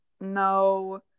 no